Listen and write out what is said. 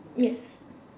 yes